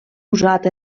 usat